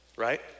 right